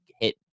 hit